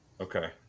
Okay